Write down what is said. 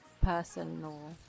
Personal